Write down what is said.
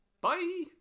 Bye